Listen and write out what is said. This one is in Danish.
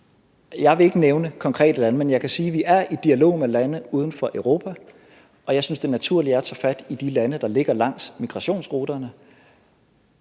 Jeg vil ikke nævne konkrete lande, men jeg kan sige, at vi er i dialog med lande uden for Europa, og jeg synes, det naturlige er at tage fat i de lande, der ligger langs migrationsruterne.